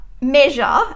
measure